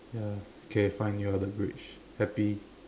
ya okay fine you're the bridge happy